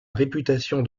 réputation